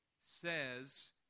says